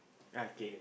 okay